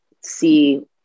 see